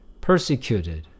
persecuted